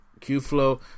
Q-Flow